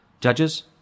judges